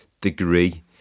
degree